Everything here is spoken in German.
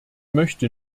möchte